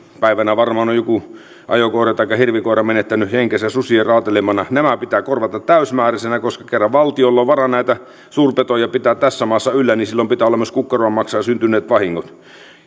päivänä on varmaan joku ajokoira taikka hirvikoira menettänyt henkensä susien raatelemana korvataan täysimääräisenä koska kerran valtiolla on varaa näitä suurpetoja pitää tässä maassa yllä niin silloin pitää olla myös kukkaroa maksaa syntyneet vahingot